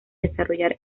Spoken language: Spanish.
desarrollar